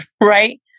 right